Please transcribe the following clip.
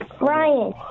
Ryan